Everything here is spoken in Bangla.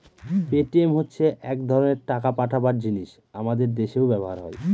পেটিএম হচ্ছে এক ধরনের টাকা পাঠাবার জিনিস আমাদের দেশেও ব্যবহার হয়